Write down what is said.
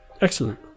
Excellent